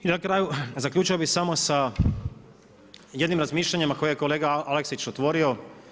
I na kraju zaključio bih samo sa jednim razmišljanjem koje je kolega Aleksić otvorio.